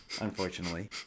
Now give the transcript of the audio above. unfortunately